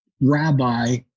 rabbi